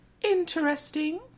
Interesting